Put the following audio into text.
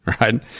right